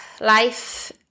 life